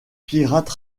pirate